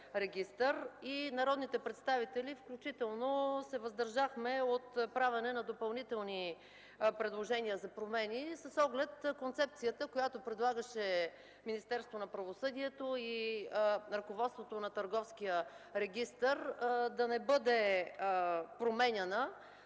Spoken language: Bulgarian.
Народните представители се въздържахме от правенето на допълнителни предложения за промени с оглед концепцията, която предлагаше Министерството на правосъдието и ръководството на Търговския регистър, да не бъде променяна